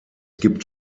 gibt